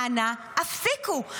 אנא הפסיקו,